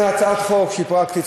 זאת הצעת חוק שהיא פרקטית,